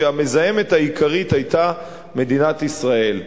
שהמזהמת העיקרית היתה מדינת ישראל.